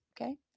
Okay